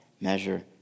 measure